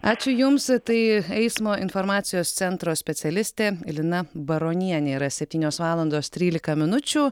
ačiū jums tai eismo informacijos centro specialistė lina baronienė yra septynios valandos trylika minučių